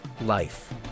life